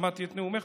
שמעתי את נאומך,